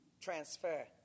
transfer